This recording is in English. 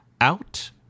out